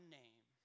name